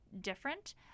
different